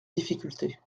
difficulté